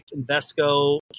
Invesco